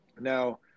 Now